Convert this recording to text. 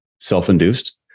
self-induced